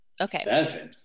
Okay